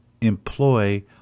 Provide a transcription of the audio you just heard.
employ